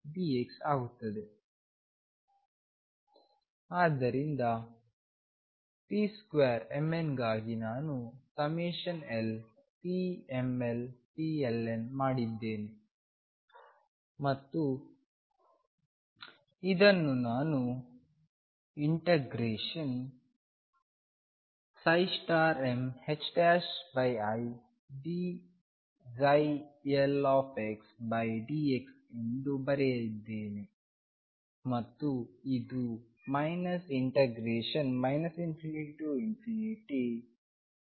ಆದ್ದರಿಂದ pmn2 ಗಾಗಿ ನಾನುlpmlpln ಮಾಡಿದ್ದೇನೆ ಮತ್ತು ಇದನ್ನು ನಾನು ∫midlxdx ಎಂದು ಬರೆದಿದ್ದೇನೆ ಮತ್ತು ಇದು ∞lxidn dx